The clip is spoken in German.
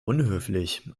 unhöflich